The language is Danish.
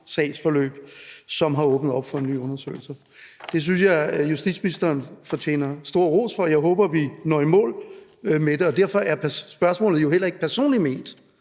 sagsforløb, som har åbnet op for nye undersøgelser? Det synes jeg justitsministeren fortjener stor ros for. Jeg håber, at vi når i mål med det, og derfor er spørgsmålet jo heller ikke personligt ment,